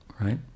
right